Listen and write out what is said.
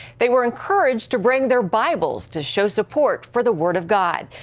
they were encouraged to bring their bibles to show support for the word of god.